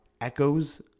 Echoes